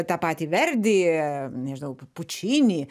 tą patį verdį nežinau pučinį